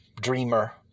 dreamer